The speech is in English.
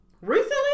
Recently